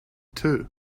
too